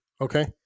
Okay